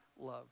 love